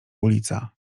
ulica